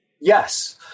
Yes